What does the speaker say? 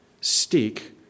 stick